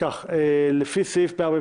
בסעיף 31